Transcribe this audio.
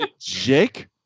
Jake